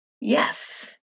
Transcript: Yes